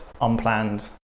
unplanned